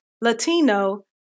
Latino